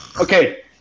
Okay